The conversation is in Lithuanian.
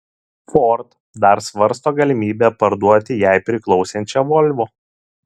ford dar svarsto galimybę parduoti jai priklausančią volvo